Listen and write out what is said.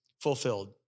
fulfilled